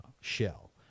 shell